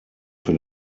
für